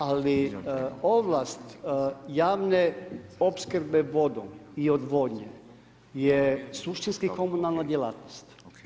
Ali, ovlast javne opskrbe vodom i odvodnjom je suštinski komunalna djelatnost.